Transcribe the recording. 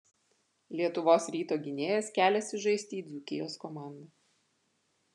lietuvos ryto gynėjas keliasi žaisti į dzūkijos komandą